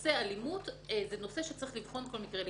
נושא של אלימות זה נושא שצריך לבחון כל מקרה לגופו.